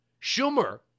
Schumer